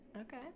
Okay